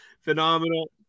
phenomenal